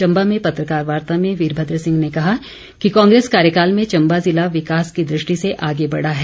चम्बा में पत्रकार वार्ता में वीरभद्र सिंह ने कहा कि कांग्रेस कार्यकाल में चम्बा ज़िला विकास की दृष्टि से आगे बढ़ा है